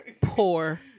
Poor